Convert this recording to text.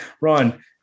Ron